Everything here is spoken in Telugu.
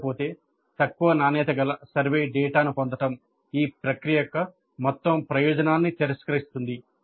లేకపోతే తక్కువ నాణ్యత గల సర్వే డేటాను పొందడం ఈ ప్రక్రియ యొక్క మొత్తం ప్రయోజనాన్ని తిరస్కరిస్తుంది